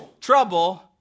trouble